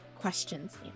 questions